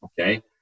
Okay